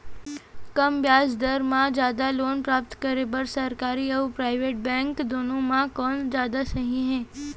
कम ब्याज दर मा जादा लोन प्राप्त करे बर, सरकारी अऊ प्राइवेट बैंक दुनो मा कोन जादा सही हे?